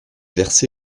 versé